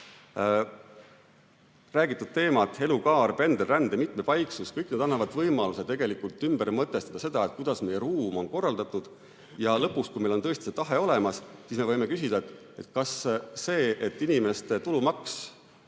teemad, nagu elukaar, pendelränne ja mitmepaiksus, kõik need annavad võimaluse tegelikult ümber mõtestada seda, kuidas meie ruum on korraldatud. Ja lõpuks, kui meil on tõesti see tahe olemas, siis me võime küsida, kas see, et inimeste tulumaks